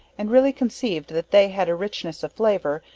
and really conceived that they had a richness of flavor,